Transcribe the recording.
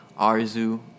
arzu